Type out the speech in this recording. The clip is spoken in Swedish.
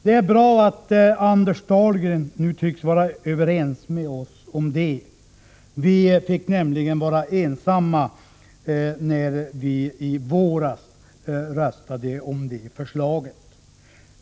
De är bra att Anders Dahlgren nu tycks vara överens med oss om detta. Vi fick nämligen vara ensamma när vi i våras röstade för det här förslaget.